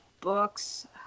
books